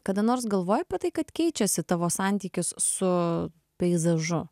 kada nors galvoji apie tai kad keičiasi tavo santykis su peizažu